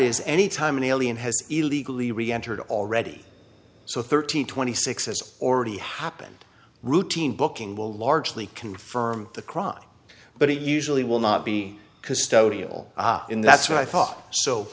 is anytime an alien has illegally re entered already so thirteen twenty six has already happened routine booking will largely confirm the crime but it usually will not be custodial in that's what i thought so